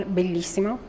bellissimo